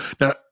Now